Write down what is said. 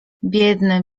biedny